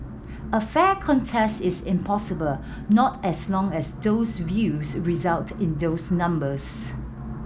a fair contest is impossible not as long as those views result in those numbers